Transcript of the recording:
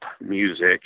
music